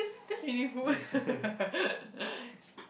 that's that's meaningful